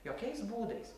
jokiais būdais